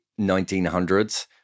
1900s